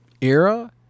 era